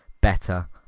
better